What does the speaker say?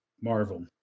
Marvel